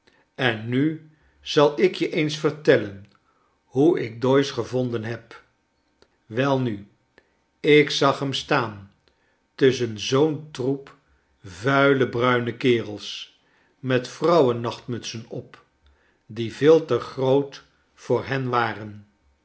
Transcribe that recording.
en nu zal ik je eens vertellen hoe ik doyce gevonden heb welnu ik zag hem staan tusschen zoo'n troep vuile bruine kerels met vrouwen nachtmutsen op die veel te groot voor hen waren